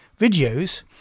videos